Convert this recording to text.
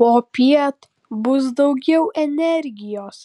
popiet bus daugiau energijos